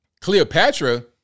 Cleopatra